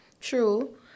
True